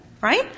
Right